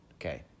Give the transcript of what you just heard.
Okay